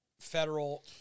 federal